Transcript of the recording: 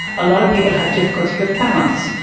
a lot of people have difficulty with balance.